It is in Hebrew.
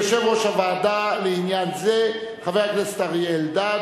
יושב-ראש הוועדה לעניין זה, חבר הכנסת אריה אלדד.